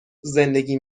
زندگی